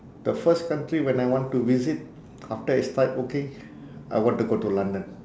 the first country when I want to visit after I start working I want to go to london